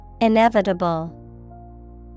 Inevitable